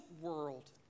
world